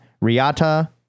Riata